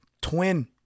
twin